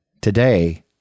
Today